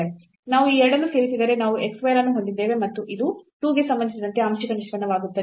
ನಾವು ಈ ಎರಡನ್ನೂ ಸೇರಿಸಿದರೆ ನಾವು x square ಅನ್ನು ಹೊಂದಿದ್ದೇವೆ ಮತ್ತು ಇದು 2 ಗೆ ಸಂಬಂಧಿಸಿದಂತೆ ಆಂಶಿಕ ನಿಷ್ಪನ್ನವಾಗುತ್ತದೆ